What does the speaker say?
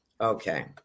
Okay